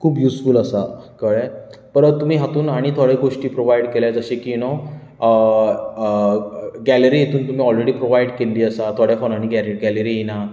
खूब युसफूल आसा कळ्ळें परत तुमी हातूंत आनी थोडे गोश्टी प्रोवायड केल्यात जशे की यु नो गॅलरी तातूंत तुमी ऑलरेडी प्रोवायड केल्ली आसा थोड्या फोनांनी गॅलरी येना